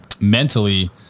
mentally